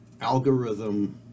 algorithm